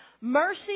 Mercy